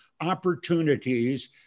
opportunities